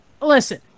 listen